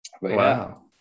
Wow